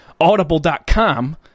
audible.com